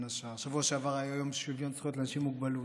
בשבוע שעבר היה יום שוויון זכויות לאנשים עם מוגבלות.